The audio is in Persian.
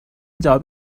جواب